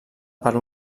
per